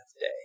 day